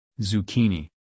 Zucchini